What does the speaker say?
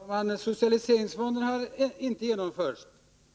Herr talman! Socialiseringsfonderna har inte genomförts.